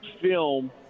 film